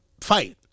fight